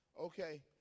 Okay